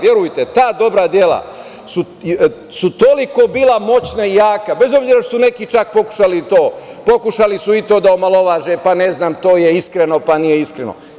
Verujte, ta dobra dela su toliko bila moćna i jaka, bez obzira što neki čak pokušali i to, pokušali su i to da omalovaže, pa ne znam to je iskreno, pa nije iskreno.